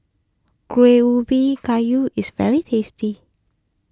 Kuih Ubi Kayu is very tasty